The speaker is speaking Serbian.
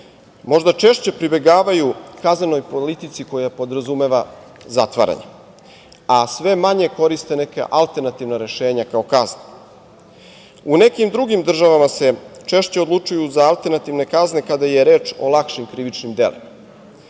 možda češće pribegavaju kaznenoj politici koja podrazumeva zatvaranje, a sve manje koriste neka alternativna rešenja kao kaznu.U nekim drugim državama se češće odlučuju za alternativne kazne kada je reč o lakšim krivičnim delima.